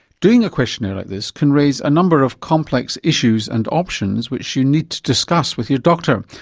doing a questionnaire like this can raise a number of complex issues and options which you need to discuss with your doctor,